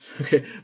Okay